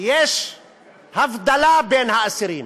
יש הבדלה בין האסירים